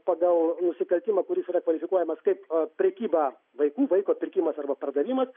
pagal nusikaltimą kuris yra kvalifikuojamas kaip o prekyba vaikų vaiko pirkimas arba pardavimas